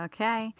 Okay